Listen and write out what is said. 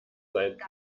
seit